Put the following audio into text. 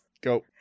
go